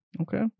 Okay